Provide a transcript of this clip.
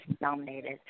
nominated